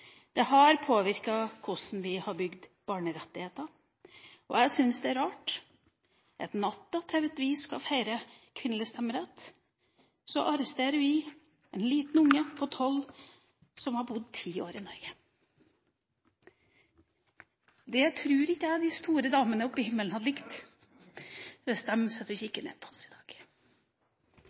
Det har påvirket hvordan vi har bygd barnerettigheter, og jeg syns det er rart at vi, natten til at vi skal feire kvinnelig stemmerett, arresterer et lite barn på tolv år, som har bodd ti år i Norge. Det tror ikke jeg de store damene oppe i himmelen hadde likt, hvis de sitter og kikker ned på oss i dag.